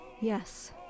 Yes